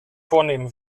vornehmen